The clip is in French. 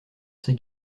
ces